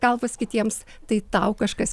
galvas kitiems tai tau kažkas